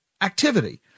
activity